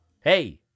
Hey